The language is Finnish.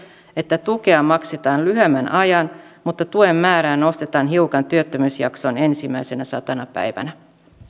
että tukea maksetaan lyhyemmän ajan mutta tuen määrää nostetaan hiukan työttömyysjakson ensimmäisenä satana päivänä